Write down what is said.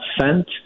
sent